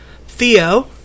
Theo